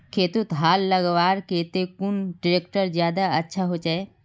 खेतोत हाल लगवार केते कुन ट्रैक्टर ज्यादा अच्छा होचए?